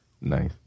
Nice